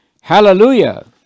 hallelujah